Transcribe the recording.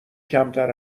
کمتر